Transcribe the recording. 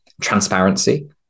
transparency